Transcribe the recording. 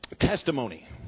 testimony